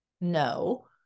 No